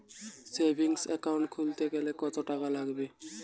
Savings account খুলতে কতটাকা লাগবে?